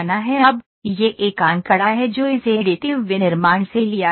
अब यह एक आंकड़ा है जो इसे एडिटिव विनिर्माण से लिया गया है